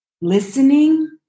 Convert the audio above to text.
listening